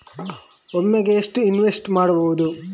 ಒಮ್ಮೆಗೆ ಎಷ್ಟು ಇನ್ವೆಸ್ಟ್ ಮಾಡ್ಬೊದು?